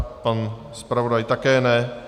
Pan zpravodaj také ne.